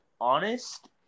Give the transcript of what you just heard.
honest